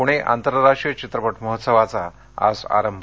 पुणे आंतरराष्ट्रीय चित्रपट महोत्सवाचा आज आरंभ